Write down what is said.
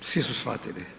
Svi su shvatili.